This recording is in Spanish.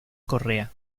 correa